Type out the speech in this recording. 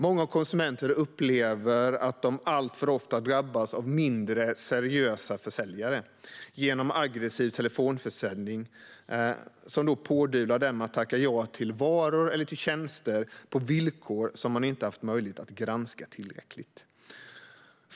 Många konsumenter upplever att de alltför ofta drabbas av mindre seriösa försäljare som genom aggressiv telefonförsäljning pådyvlar dem att tacka ja till varor eller tjänster på villkor som man inte har haft möjlighet att granska tillräckligt. Fru talman!